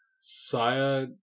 Saya